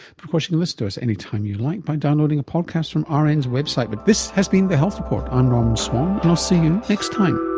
but of course you can listen to us anytime you like by downloading a podcast from ah rn's website. but this has been the health report, i'm norman swan, and i'll see you next time